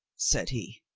said he.